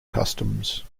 customs